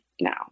now